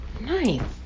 nice